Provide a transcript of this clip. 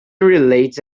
relate